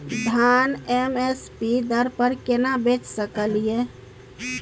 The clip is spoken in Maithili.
धान एम एस पी दर पर केना बेच सकलियै?